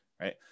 right